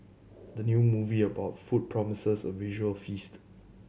the new movie about food promises a visual feast